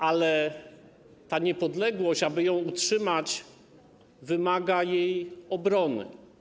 Ale ta niepodległość, aby ją utrzymać, wymaga obrony.